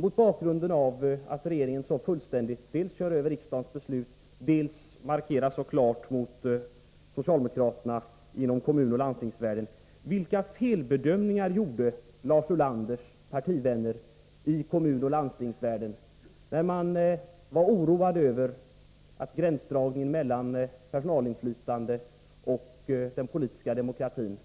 Mot bakgrund av att regeringen så fullständigt dels kör över riksdagens beslut, dels gör så klara markeringar mot socialdemokraterna inom kommunoch landstingsvärlden, vill jag fråga vilka felbedömningar Lars Ulanders partivänner gjorde i kommunoch landstingsvärlden, när man var oroad över att gränsdragningen mellan personalinflytande och den politiska demokratin